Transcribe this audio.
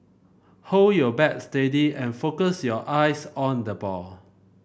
hold your bat steady and focus your eyes on the ball